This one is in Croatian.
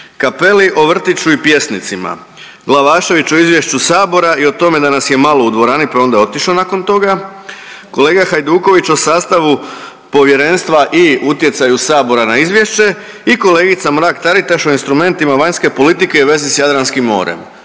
Cappelli o vrtiću i pjesnicima, Glavašević o izvješću Sabora i o tome da nas je malo u dvorani pa je onda otišao nakon toga, kolega Hajduković o sastavu povjerenstva i utjecaju Sabora na izvješće i kolegica Mrak Taritaš o instrumentima vanjske politike u vezi s Jadranskim morem,